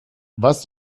was